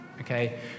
okay